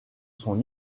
son